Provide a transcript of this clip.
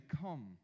Come